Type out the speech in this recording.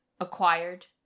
acquired